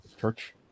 church